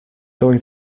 going